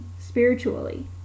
spiritually